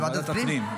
לוועדת הפנים?